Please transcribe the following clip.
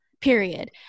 Period